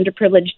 underprivileged